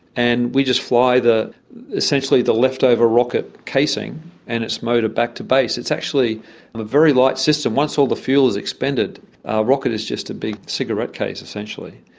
and we just fly essentially the leftover rocket casing and its motor back to base. it's actually a very light system. once all the fuel is expended, a rocket is just a big cigarette case, essentially.